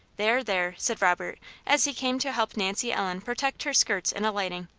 there, there, said robert as he came to help nancy ellen protect her skirts in alighting.